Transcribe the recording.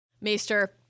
Maester